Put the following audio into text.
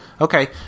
Okay